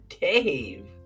Dave